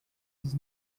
dix